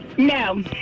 No